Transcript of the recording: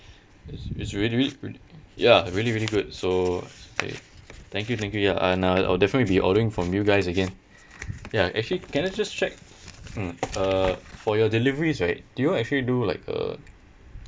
it's it's really re~ ya really really good so okay thank you thank you ya and uh I'll definitely be ordering from you guys again ya actually can I just check mm uh for your deliveries right do you all actually do like a